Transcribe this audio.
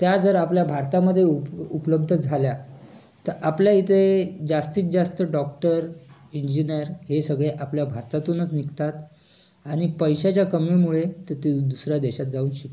त्या जर आपल्या भारतामध्ये उप उपलब्ध झाल्या तर आपल्या इथे जास्तीत जास्त डॉक्टर इंजिनेर हे सगळे आपल्या भारतातूनच निघतात आणि पैशाच्या कमीमुळे ते ते दुसऱ्या देशात जाऊन शिकतात